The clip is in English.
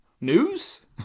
news